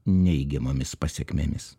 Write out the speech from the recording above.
neigiamomis pasekmėmis